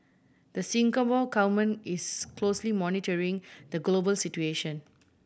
the Singapore Government is closely monitoring the global situation